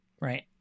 Right